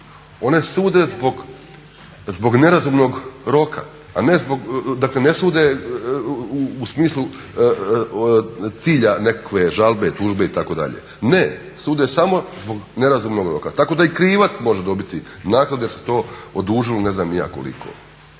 One sude zbog nerazumnog roka, a ne sude u smislu cilja nekakve žalbe, tužbe itd. Ne, sude samo zbog nerazumnog roka. Tako da i krivac može dobiti naknadu jer se to odužilo ne znam ni ja koliko.